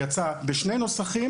הוא יצא בשני נוסחים.